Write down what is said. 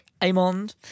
Amond